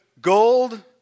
gold